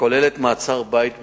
הכוללת מעצר-בית בירושלים.